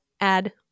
add